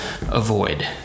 avoid